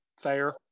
fair